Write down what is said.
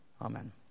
Amen